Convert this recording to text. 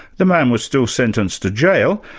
the man was still sentenced to jail,